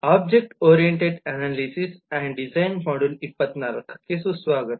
object oriented analysis ಮತ್ತು ವಿನ್ಯಾಸದ module 24 ಗೆ ಸುಸ್ವಾಗತ